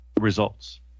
results